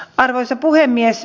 arvoisa puhemies